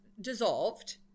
dissolved